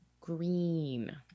green